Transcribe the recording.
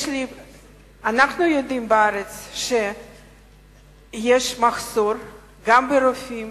אנחנו יודעים שיש בארץ מחסור ברופאים